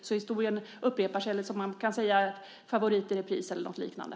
Så historien upprepar sig. Man kan också säga: Favorit i repris eller något liknande.